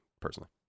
personally